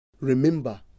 remember